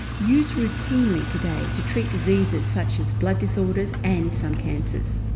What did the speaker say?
used routinely today, to treat diseases such as blood disorders and some cancers.